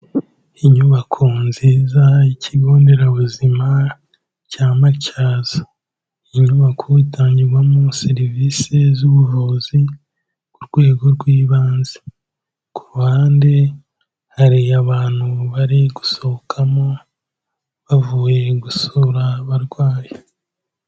Inyubako nziza y'Ikigo nderabuzima cya Matyazo. Iyi nyubako itangirwamo serivise z'ubuvuzi ku rwego rw'ibanze. Ku ruhande hari abantu bari gusohokamo bavuye gusura abarwayi.